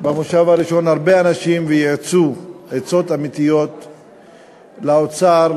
במושב הראשון הרבה אנשים ויעצו עצות אמיתיות לאוצר,